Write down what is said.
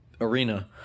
arena